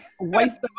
Waste